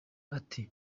ati